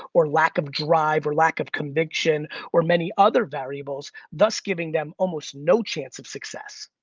or lack of drive, or lack of conviction or many other variables, thus giving them almost no chance of success.